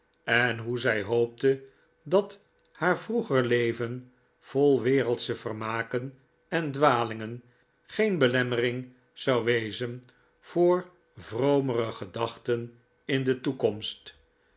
en hoe zij hoopte dat haar vroeger leven vol wereldsche vermaken en dwalingen geen belemmering zou wezen voor vromere gedachten in de toekomst